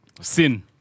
sin